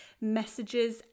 messages